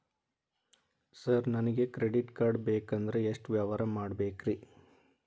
Sir ನನಗೆ credit card ಬೇಕಂದ್ರೆ ಎಷ್ಟು ವ್ಯವಹಾರ ಮಾಡಬೇಕ್ರಿ?